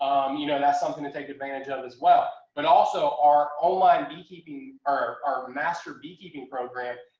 um you know that's something to take advantage of as well, but also our online beekeeping, or our master beekeeping program,